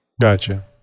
Gotcha